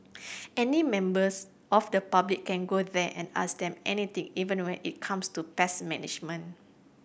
any members of the public can go there and ask them anything even when it comes to pest management